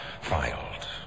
filed